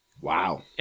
Wow